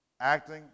acting